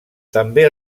també